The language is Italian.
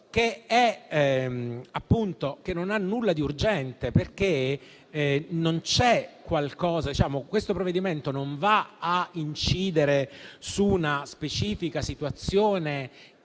non ha nulla di urgente, perché questo provvedimento non va a incidere su una specifica situazione